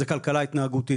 זו כלכלה התנהגותית.